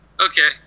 okay